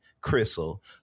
Crystal